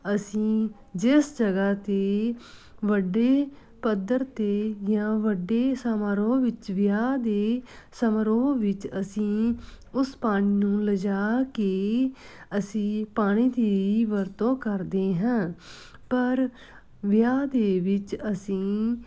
ਅਸੀਂ ਜਿਸ ਜਗ੍ਹਾ 'ਤੇ ਵੱਡੇ ਪੱਧਰ 'ਤੇ ਜਾਂ ਵੱਡੇ ਸਮਾਰੋਹ ਵਿੱਚ ਵਿਆਹ ਦੇ ਸਮਾਰੋਹ ਵਿੱਚ ਅਸੀਂ ਉਸ ਪਾਣੀ ਨੂੰ ਲਿਜਾ ਕੇ ਅਸੀਂ ਪਾਣੀ ਦੀ ਵਰਤੋਂ ਕਰਦੇ ਹਾਂ ਪਰ ਵਿਆਹ ਦੇ ਵਿੱਚ ਅਸੀਂ